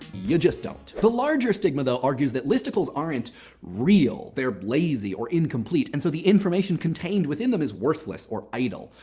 you just don't. the larger stigma, though, argues that listicles aren't real. they're lazy or incomplete. and so the information contained within them is worthless or idle.